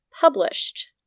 published